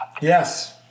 Yes